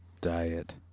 diet